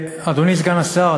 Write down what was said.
אדוני סגן השר,